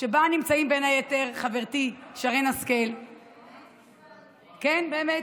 שבה נמצאים בין היתר חברתי שרן השכל, כן, באמת.